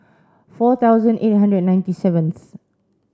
four thousand eight hundred ninety seventh